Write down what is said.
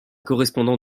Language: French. correspondant